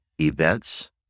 events